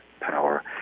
power